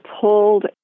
pulled